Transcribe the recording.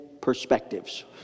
perspectives